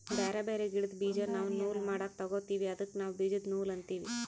ಬ್ಯಾರೆ ಬ್ಯಾರೆ ಗಿಡ್ದ್ ಬೀಜಾ ನಾವ್ ನೂಲ್ ಮಾಡಕ್ ತೊಗೋತೀವಿ ಅದಕ್ಕ ನಾವ್ ಬೀಜದ ನೂಲ್ ಅಂತೀವಿ